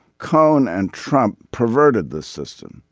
cohn and trump perverted the system.